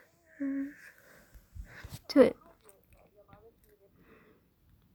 en